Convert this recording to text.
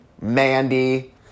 Mandy